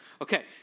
Okay